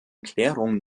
klärung